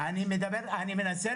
אה, אז אנחנו --- את הזמן?